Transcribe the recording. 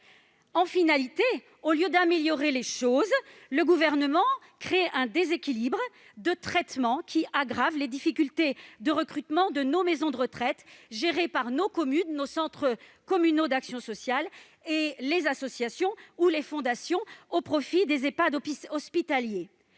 ! Finalement, au lieu d'améliorer les choses, le Gouvernement crée un déséquilibre de traitement qui aggrave les difficultés de recrutement de nos maisons de retraite gérées par nos communes, par nos centres communaux d'action sociale, par les associations ou par les fondations, au profit des Ehpad hospitaliers.